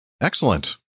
Excellent